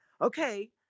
okay